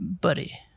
buddy